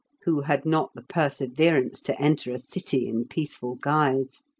who had not the perseverance to enter a city in peaceful guise?